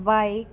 bike